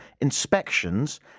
inspections